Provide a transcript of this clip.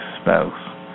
spouse